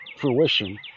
fruition